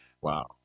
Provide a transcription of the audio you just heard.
Wow